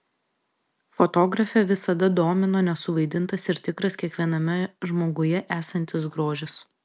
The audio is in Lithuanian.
fotografę visada domino nesuvaidintas ir tikras kiekviename žmoguje esantis grožis